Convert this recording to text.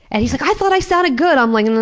and he's like, i thought i sounded good! um like and